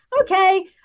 okay